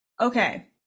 Okay